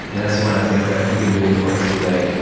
and that's one of things that you can do with hooks today.